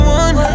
one